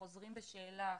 לחוזרים בשאלה,